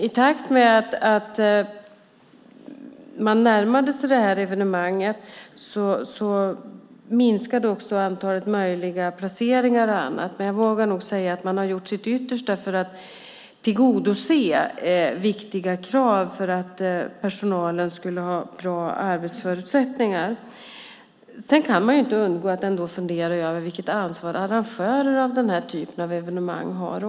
I takt med att man närmade sig det här evenemanget minskade också antalet möjliga placeringar och annat, men jag vågar nog säga att man har gjort sitt yttersta för att tillgodose viktiga krav för att personalen skulle ha bra arbetsförutsättningar. Sedan kan man inte heller undgå att fundera över vilket ansvar även arrangörer av denna typ av evenemang har.